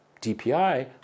DPI